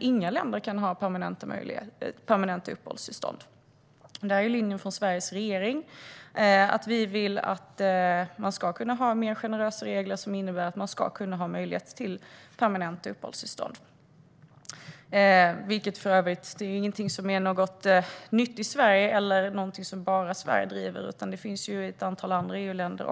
inga länder kan ha permanenta uppehållstillstånd. Linjen från Sveriges regering har i det fallet varit att man ska kunna ha mer generösa regler som innebär att det ska kunna finnas permanenta uppehållstillstånd. Det är inget nytt i Sverige och ingenting som bara Sverige driver. Detta finns även i ett antal andra EU-länder.